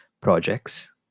projects